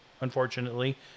unfortunately